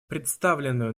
представленную